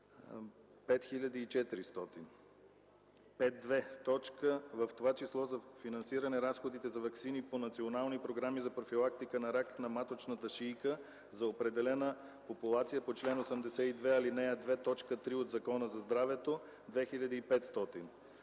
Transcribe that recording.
5 400; 5.2. в това число за финансиране на разходите за ваксини по национални програми за профилактика на рак на маточната шийка за определена популация по чл. 82, ал. 2, т. 3 от Закона за здравето(+)